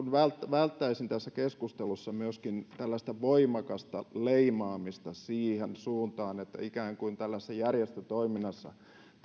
välttäisin tässä keskustelussa myöskin tällaista voimakasta leimaamista siihen suuntaan että ikään kuin tällaisessa järjestötoiminnassa tai